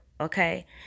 Okay